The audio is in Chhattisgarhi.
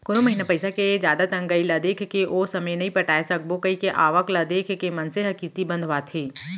कोनो महिना पइसा के जादा तंगई ल देखके ओ समे नइ पटाय सकबो कइके आवक ल देख के मनसे ह किस्ती बंधवाथे